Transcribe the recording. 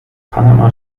panama